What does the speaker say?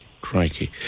Crikey